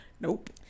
nope